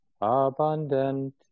abundant